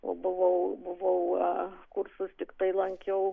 o buvau buvau kursus tiktai lankiau